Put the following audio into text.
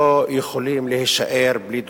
לא יכולים להישאר בלי תגובה.